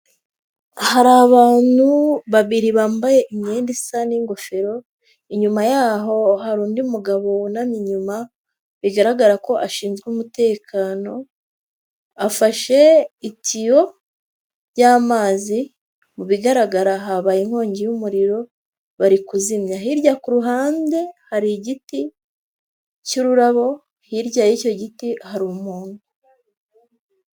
Hari abantu babiri bambaye imyenda isa n'ingofero, inyuma yaho hari undi mugabo wunamye inyuma bigaragara ko ashinzwe umutekano, afashe itiyo y'amazi mu bigaragara habaye inkongi y'umuriro bari kuzimya, hirya ku ruhande hari igiti cy'ururabo, hirya y'icyo giti hari umuntu.